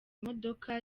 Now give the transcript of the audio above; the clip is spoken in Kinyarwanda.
imodoka